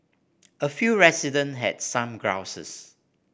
a few resident had some grouses